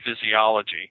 physiology